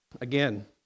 Again